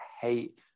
hate